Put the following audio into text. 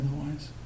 otherwise